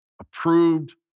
approved